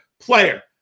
player